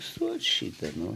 su šypsena